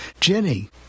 jenny